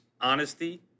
honesty